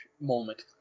moment